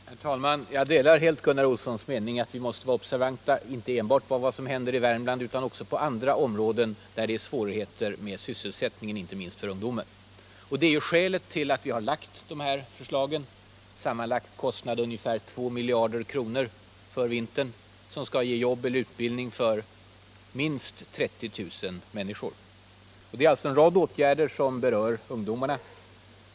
Herr talman! Jag delar helt Gunnar Olssons mening, att vi måste vara observanta på vad som händer — inte enbart i Värmland utan också i andra områden där man har svårigheter med sysselsättningen, inte minst för ungdomen. Det är skälet till att vi framlagt förslag till åtgärder som skall ge jobb eller utbildning åt minst 30 000 människor till en sammanlagd kostnad av ungefär 2 miljarder kronor för vintern. Vi föreslår en rad åtgärder som berör ungdomarna.